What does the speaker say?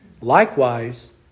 Likewise